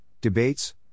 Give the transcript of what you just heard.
debates